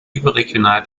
überregional